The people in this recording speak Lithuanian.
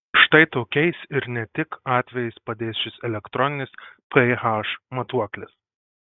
štai tokiais ir ne tik atvejais padės šis elektroninis ph matuoklis